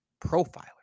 profiler